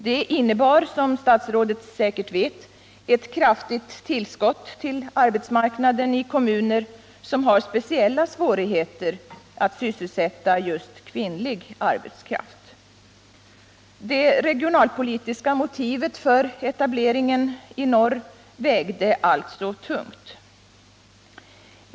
De innebar, som statsrådet säkert vet, ett Nr 36 kraftigt tillskott till arbetsmarknaden i kommuner som har speciella svårigheter att sysselsätta just kvinnlig arbetskraft. Det regionalpolitiska motivet för etableringen i norr vägde alltså tungt.